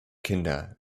kinder